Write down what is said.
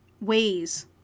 ways